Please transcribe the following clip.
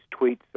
tweets